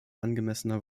angemessener